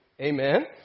Amen